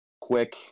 quick